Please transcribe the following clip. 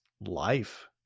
life